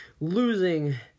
losing